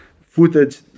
footage